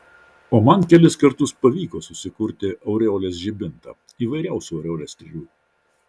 o man kelis kartus pavyko susikurti aureolės žibintą įvairiausių aureolės strėlių